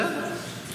בסדר,